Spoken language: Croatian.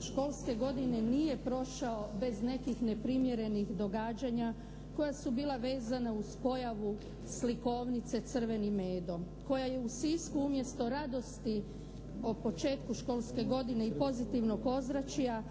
školske godine nije prošao bez nekih neprimjerenih događanja koja su bila vezana uz pojavu slikovnice «Crveni medo» koja je u Sisku umjesto radosti o početku školske godine i pozitivnog ozračja